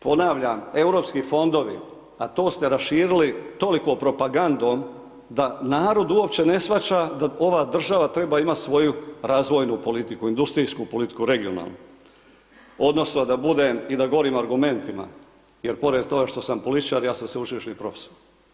Ponavljam, Europski fondovi, a to ste raširili toliko propagandom da narod uopće ne shvaća da ova država treba imat svoju razvojnu politiku, industrijsku politiku, regionalnu odnosno da budem i da govorim argumentima, jer pored toga što sam političar, ja sam sveučilišni profesor.